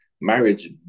marriage